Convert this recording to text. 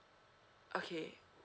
okay